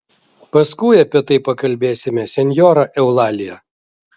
paskui apie tai pakalbėsime senjora eulalija